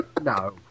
No